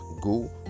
Go